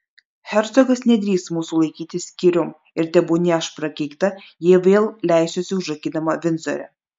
hercogas nedrįs mūsų laikyti skyrium ir tebūnie aš prakeikta jei vėl leisiuosi užrakinama vindzore